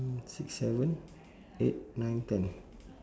six seven eight nine ten